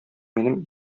минем